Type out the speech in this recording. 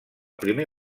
primer